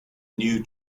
new